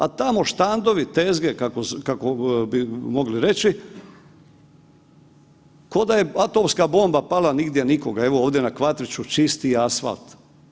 A tamo štandovi, tezge kako bi mogli reći, ko da je atomska pala nigdje nikoga, evo ovdje na Kvatriću čisti asfalt.